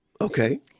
Okay